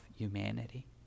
humanity